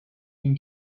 bin